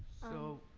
so,